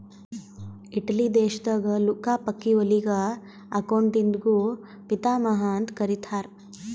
Italy ದೇಶದಾಗ್ Luca ಪಕಿಒಲಿಗ ಅಕೌಂಟಿಂಗ್ದು ಪಿತಾಮಹಾ ಅಂತ್ ಕರಿತ್ತಾರ್